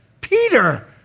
Peter